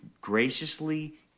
graciously